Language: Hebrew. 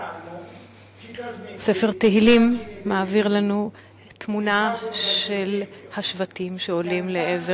ספר תהילים מעביר לנו תמונה של השבטים שעולים לעבר